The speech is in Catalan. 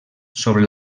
sobre